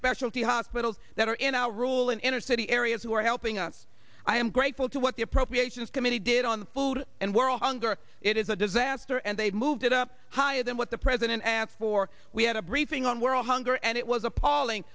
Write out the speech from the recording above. specialty hospitals that are in our rule in inner city areas who are helping us i am grateful to what the appropriations committee did on food and world hunger it is a disaster and they moved it up higher than what the president asked for we had a briefing on world hunger and it was appalling